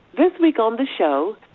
this week on the show,